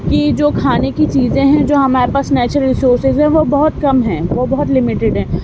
کہ جو کھانے کی چیزیں ہیں جو ہمارے پاس نیچرل سورسز ہیں وہ بہت کم ہیں وہ بہت لمٹیڈ ہیں